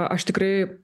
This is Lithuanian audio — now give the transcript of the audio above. aš tikrai